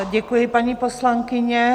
Děkuji, paní poslankyně.